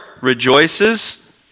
rejoices